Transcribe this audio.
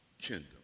kingdom